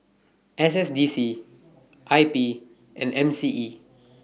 S S D C I P and M C E